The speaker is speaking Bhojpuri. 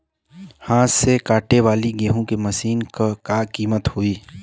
हाथ से कांटेवाली गेहूँ के मशीन क का कीमत होई?